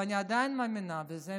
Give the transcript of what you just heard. ואני עדיין מאמינה בזה,